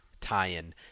tie-in